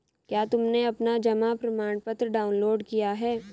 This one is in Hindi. क्या तुमने अपना जमा प्रमाणपत्र डाउनलोड किया है?